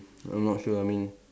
I'm not sure I mean